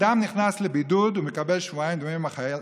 אדם נכנס לבידוד, הוא מקבל שבועיים ימי מחלה.